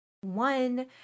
one